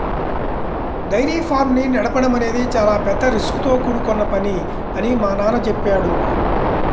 dairy farms ని నడపడం అనేది చాలా పెద్ద రిస్కుతో కూడుకొన్న పని అని మా నాన్న చెప్పాడు